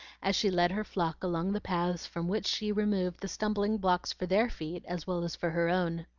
as she led her flock along the paths from which she removed the stumbling-blocks for their feet, as well as for her own.